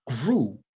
grew